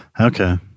Okay